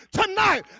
tonight